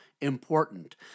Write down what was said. important